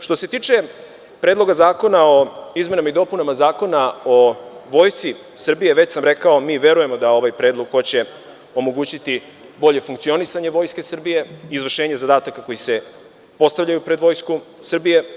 Što se tiče Predloga zakona o izmenama i dopunama Zakona o Vojsci Srbije, već sam rekao, mi verujemo da će ovaj predlog omogućiti bolje funkcionisanje Vojske Srbije i izvršenje zadataka koji se postavljaju pred Vojsku Srbije.